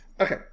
okay